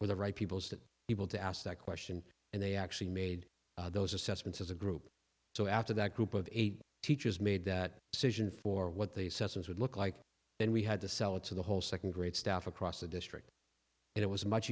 with the right people as the people to ask that question and they actually made those assessments as a group so after that group of eight teachers made that decision for what the sessions would look like then we had to sell it to the whole second grade stuff across the district and it was much